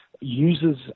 users